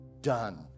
done